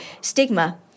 stigma